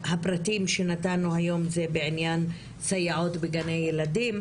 הפרטים שנתנו היום זה בעניין סייעות בגני ילדים,